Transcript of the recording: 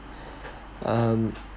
um